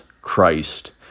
Christ